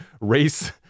race